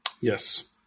Yes